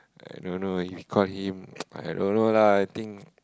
I don't know you call him I don't know lah I think